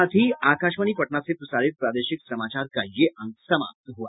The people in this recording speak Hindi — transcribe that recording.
इसके साथ ही आकाशवाणी पटना से प्रसारित प्रादेशिक समाचार का ये अंक समाप्त हुआ